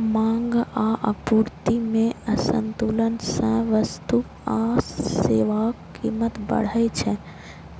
मांग आ आपूर्ति मे असंतुलन सं वस्तु आ सेवाक कीमत बढ़ै छै,